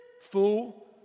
fool